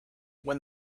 when